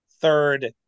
Third